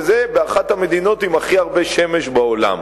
וזה באחת המדינות עם הכי הרבה שמש בעולם.